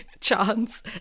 chance